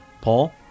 Paul